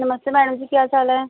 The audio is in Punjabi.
ਨਮਸਤੇ ਮੈਡਮ ਜੀ ਕੀ ਹਾਲ ਚਾਲ ਹੈ